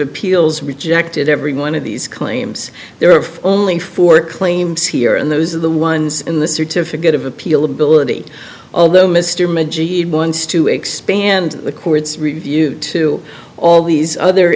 appeals rejected every one of these claims there are only four claims here and those are the ones in the certificate of appeal ability although mr mcgee had once to expand the court's review to all these other